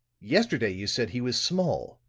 yesterday you said he was small,